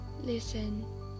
Listen